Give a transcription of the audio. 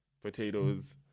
potatoes